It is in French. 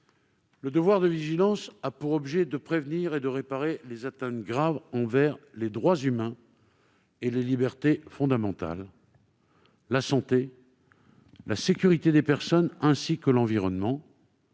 Le devoir de vigilance a pour objet de prévenir et de réparer les atteintes graves aux droits humains et aux libertés fondamentales, à la santé et à la sécurité des personnes, ainsi qu'à l'environnement.